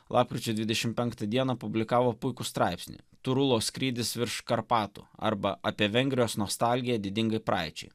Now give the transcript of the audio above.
lapkričio dvidešim penktą dieną publikavo puikų straipsnį turulo skrydis virš karpatų arba apie vengrijos nostalgiją didingai praeičiai